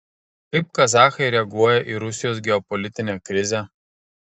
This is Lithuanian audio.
kaip kazachai reaguoja į rusijos geopolitinę krizę